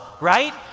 right